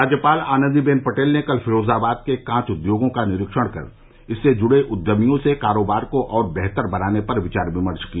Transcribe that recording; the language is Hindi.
राज्यपाल आनंदीबेन पटेल ने कल फिरोजाबाद के कांच उद्योगों का निरीक्षण कर इससे जुड़े उद्यमियों से कारोबार को और बेहतर बनाने पर विचार विमर्श किया